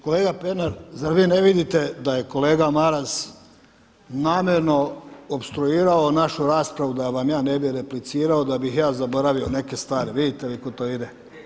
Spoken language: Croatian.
Kolega Pernar zar vi ne vidite da je kolega Maras namjerno opstruirao našu raspravu da vam ja ne bih replicirao, da bih ja zaboravio neke stvari, vidite vi kud to ide?